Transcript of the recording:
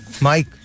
Mike